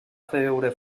veure